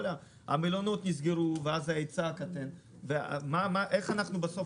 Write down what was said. המלונות נסגרו וההיצע יקטן אז איך בסוף